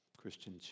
Christian